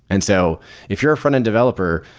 and so if you're a frontend developer,